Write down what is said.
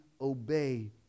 obey